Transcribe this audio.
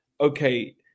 okay